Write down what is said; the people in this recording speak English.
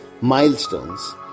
milestones